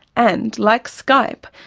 and, like skype,